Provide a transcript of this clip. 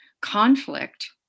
conflict